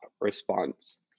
response